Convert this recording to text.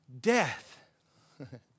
death